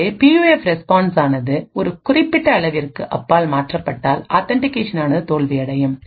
எனவே P U F response ஆனதுஒரு குறிப்பிட்ட அளவிற்கு அப்பால் மாற்றப்பட்டால் ஆத்தன்டிகேஷன் ஆனது தோல்வியடையும்